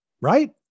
right